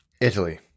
Italy